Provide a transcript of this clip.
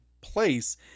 place